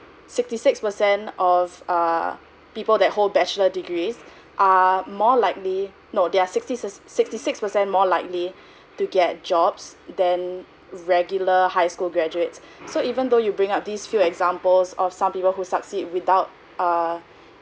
sixty six percent of uh people that hold bachelor degrees are more likely no their sixty six sixty six percent more likely to get jobs than regular high school graduates so even though you bring up these few examples of some people who succeed without err